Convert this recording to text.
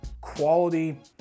quality